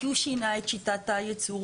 כי הוא שינה את שיטת הייצור,